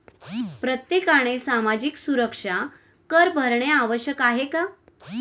प्रत्येकाने सामाजिक सुरक्षा कर भरणे आवश्यक आहे का?